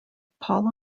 paul